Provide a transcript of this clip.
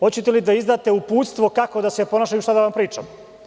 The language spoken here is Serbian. Hoćete li da izdate uputstvo kako da se ponašamo i šta da vam pričamo?